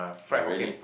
oh really